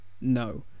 no